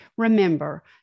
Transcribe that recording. Remember